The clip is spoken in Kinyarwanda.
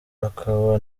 akaba